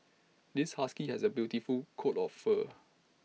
this husky has A beautiful coat of fur